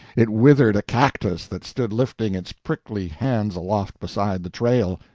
it withered a cactus that stood lifting its prickly hands aloft beside the trail.